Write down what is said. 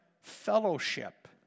fellowship